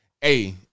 hey